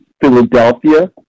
Philadelphia